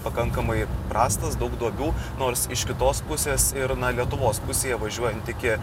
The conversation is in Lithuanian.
pakankamai prastas daug duobių nors iš kitos pusės ir lietuvos pusėje važiuojant iki